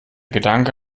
gedanke